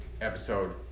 episode